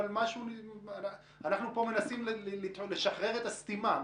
אבל אנחנו מנסים לשחרר את הסתימה.